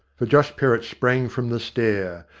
for josh perrott sprang from the stair,